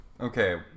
Okay